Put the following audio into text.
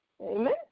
Amen